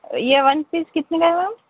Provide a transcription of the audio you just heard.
یہ one piece کتنے کا ہے میم